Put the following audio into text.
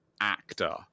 actor